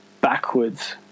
backwards